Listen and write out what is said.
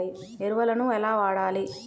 ఎరువులను ఎలా వాడాలి?